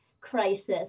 crisis